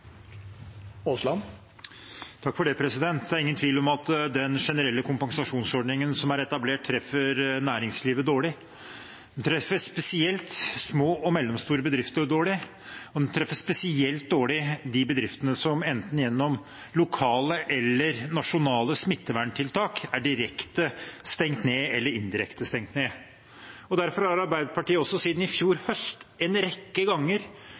etablert, treffer næringslivet dårlig. Den treffer spesielt små og mellomstore bedrifter dårlig. Og den treffer spesielt dårlig de bedriftene som gjennom enten lokale eller nasjonale smitteverntiltak er direkte eller indirekte stengt ned. Derfor har Arbeiderpartiet siden i fjor høst en rekke ganger